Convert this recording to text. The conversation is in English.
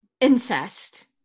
incest